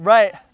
Right